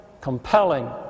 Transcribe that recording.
compelling